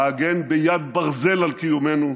להגן ביד ברזל על קיומנו,